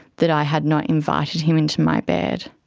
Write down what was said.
that i had not invited him into my bed.